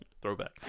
Throwback